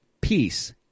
peace